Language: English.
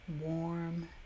warm